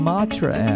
Matra